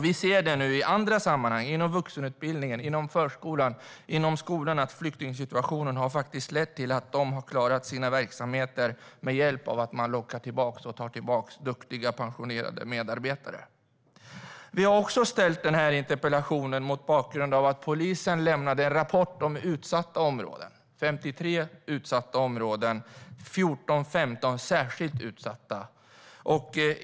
Vi ser i andra sammanhang att flyktingsituationen faktiskt har lett till att man inom vuxenutbildningen, inom förskolan och inom skolan har klarat sina verksamheter med hjälp av att man har lockat tillbaka duktiga pensionerade medarbetare. Jag har även ställt denna interpellation mot bakgrund av att polisen lämnade en rapport om utsatta områden - 53 utsatta områden och 14-15 särskilt utsatta områden.